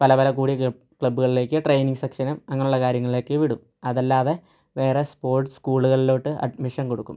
പല പല കൂടിയ ക്ലബുകളിലേക്ക് ട്രെയിനിങ് സെക്ഷന് അങ്ങനെയുള്ള കാര്യങ്ങളിലേക്ക് വിടും അതല്ലാതെ വേറെ സ്പോർട്സ് സ്കൂളുകളിലോട്ട് അഡ്മിഷൻ കൊടുക്കും